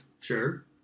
Sure